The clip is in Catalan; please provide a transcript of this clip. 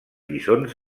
lliçons